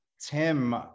Tim